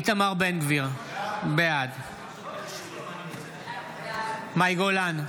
איתמר בן גביר, בעד מאי גולן,